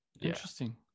Interesting